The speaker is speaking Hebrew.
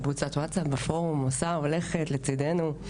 בקבוצת ווטסאפ, בפורום, עושה, הולכת לצדנו.